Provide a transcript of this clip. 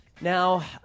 Now